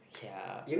kia